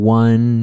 one